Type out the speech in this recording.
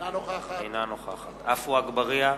אינה נוכחת עפו אגבאריה,